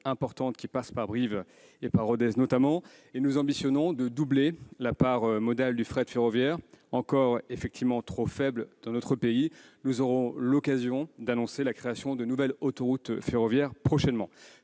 qui passe par Brive et Rodez. Nous avons pour ambition de doubler la part modale du fret ferroviaire, encore trop faible dans notre pays. Nous aurons l'occasion d'annoncer la création de nouvelles autoroutes ferroviaires prochainement.